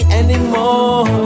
anymore